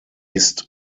ist